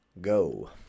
go